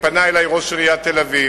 פנה אלי ראש עיריית תל-אביב,